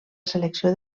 selecció